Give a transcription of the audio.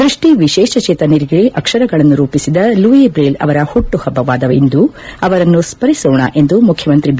ದೃಷ್ಟಿ ವಿಶೇಷಜೇತನರಿಗೆ ಅಕ್ಷರಗಳನ್ನು ರೂಪಿಸಿದ ಲೂಯಿ ಬ್ರೈಲ್ ಅವರ ಹುಟ್ಟುಹಬ್ಬವಾದ ಇಂದು ಅವರನ್ನು ಸ್ಥಿಸೋಣ ಎಂದು ಮುಖ್ಯಮಂತ್ರಿ ಬಿ